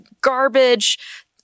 garbage